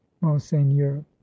monseigneur